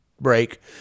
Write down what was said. break